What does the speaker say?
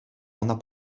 ona